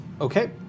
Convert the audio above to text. Okay